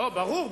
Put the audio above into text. ברור,